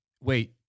wait